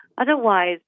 Otherwise